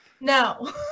no